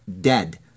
dead